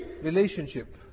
relationship